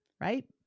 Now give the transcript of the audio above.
right